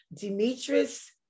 Demetrius